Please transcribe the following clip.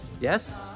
Yes